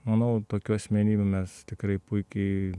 manau tokių asmenybių mes tikrai puikiai